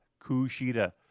Kushida